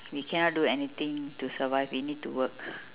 we cannot do anything to survive we need to work